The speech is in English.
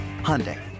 Hyundai